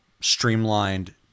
streamlined